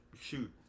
shoot